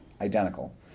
Identical